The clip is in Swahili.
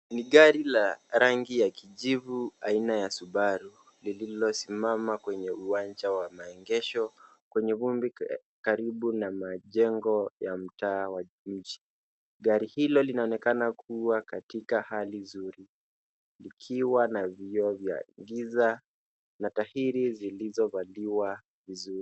Ni gari la kijivu aina ya Subaru lililo simama kwenye uwanja wa maegesho kwenye vumbi karibu na majengo ya mtaa wa mji. Gari hilo linaonekana kuwa katika hali nzuri ikiwa na vioo vya giza na tahiri zilizovaliwa vizuri.